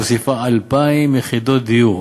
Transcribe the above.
המוסיפה 2,000 יחידות דיור,